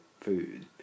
food